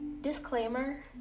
Disclaimer